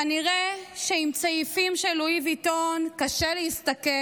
כנראה שעם צעיפים של לואי ויטון קשה להסתכל